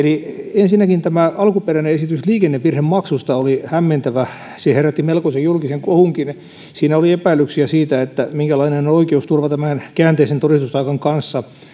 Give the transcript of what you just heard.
ensinnäkin tämä alkuperäinen esitys liikennevirhemaksusta oli hämmentävä se herätti melkoisen julkisen kohunkin siinä oli epäilyksiä siitä minkälainen on oikeusturva tämän käänteisen todistustaakan kanssa